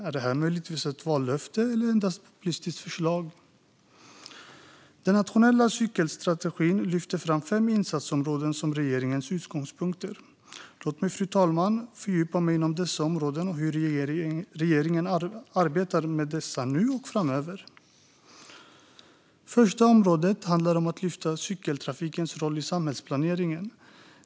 Är detta möjligtvis ett vallöfte, eller är det endast ett populistiskt förslag? Den nationella cykelstrategin lyfter fram fem insatsområden som är regeringens utgångspunkter. Låt mig fördjupa mig inom dessa områden och hur regeringen arbetar med dem nu och framöver. Det första området handlar om att lyfta cykeltrafikens roll i samhällsplaneringen.